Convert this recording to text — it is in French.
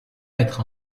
mettre